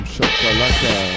Shakalaka